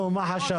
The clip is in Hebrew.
נו, מה חשבת?